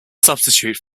substitute